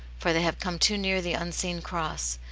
for they have come too near the unseen cross,